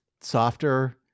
softer